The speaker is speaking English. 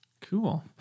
Cool